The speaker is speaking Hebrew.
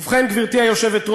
ובכן, גברתי היושבת-ראש,